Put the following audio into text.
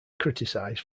criticized